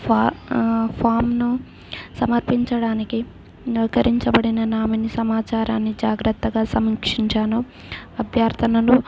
ఫా ఫామ్ను సమర్పించడానికి నవీకరించబడిన నామినీ సమాచారాన్ని జాగ్రత్తగా సమీక్షించాను అభ్యర్థనలు